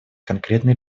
конкретные